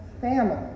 family